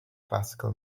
classical